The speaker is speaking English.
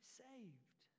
saved